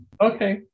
Okay